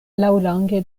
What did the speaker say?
laŭlonge